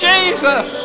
Jesus